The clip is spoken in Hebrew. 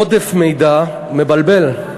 עודף מידע מבלבל.